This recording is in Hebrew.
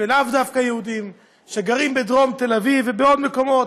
ולאו דווקא יהודים שגרים בדרום תל אביב ובעוד מקומות,